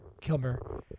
Kilmer